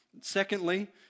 Secondly